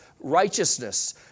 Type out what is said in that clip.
righteousness